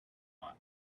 lot